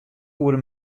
oere